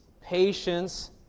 patience